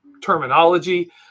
terminology